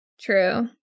True